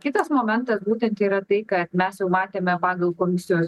kitas momentas būtent yra tai ką mes jau matėme pagal komisijos